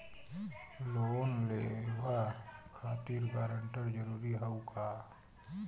Loan लेवब खातिर guarantor जरूरी हाउ का?